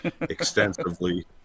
extensively